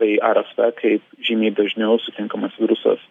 tai rsv kaip žymiai dažniau sutinkamas virusas